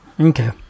Okay